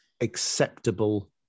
acceptable